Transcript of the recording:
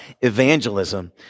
evangelism